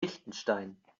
liechtenstein